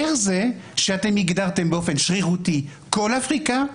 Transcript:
איך זה שאתם הגדרתם באופן שרירותי את כל אפריקה,